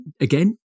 again